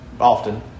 Often